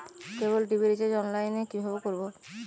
কেবল TV recharge online এ কিভাবে করব?